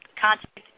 contact